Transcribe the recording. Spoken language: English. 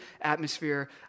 atmosphere